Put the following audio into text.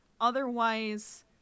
Otherwise